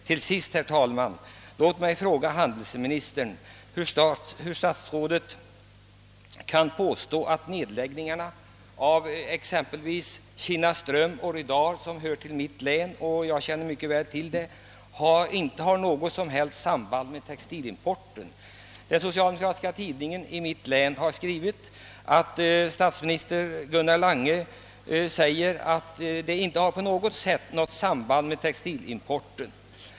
Slutligen vill jag fråga handelsministern: Hur kan statsrådet påstå att nedläggningarna i exempelvis Kinnaström och Rydal, vilka platser hör till mitt län och där jag mycket väl känner till förhållandena, inte har något som helst samband med textilimporten? Den socialdemokratiska tidningen i mitt län har skrivit att handelsminister Gunnar Lange säger att detta inte på något sätt har samband med textilimporten.